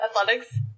Athletics